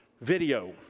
video